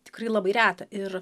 tikrai labai reta ir